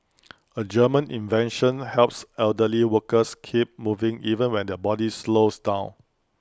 A German invention helps elderly workers keep moving even when their body slows down